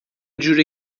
جوریه